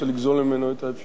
האפשרות.